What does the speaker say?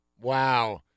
Wow